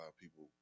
people